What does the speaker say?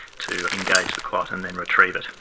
to engage the clot and then retrieve it,